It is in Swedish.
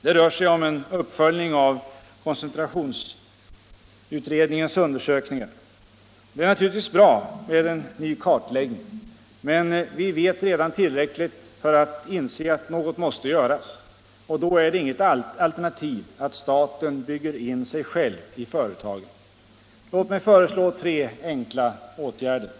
Det rör sig om en uppföljning av koncentrationsutredningens undersökningar. Naturligtvis är det bra med en ny kartläggning. Men vi vet redan tillräckligt för att inse att något måste göras, och då är det inget alternativ att staten bygger in sig själv i företagen. Låt mig föreslå tre enkla åtgärder: 1.